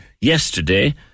yesterday